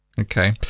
okay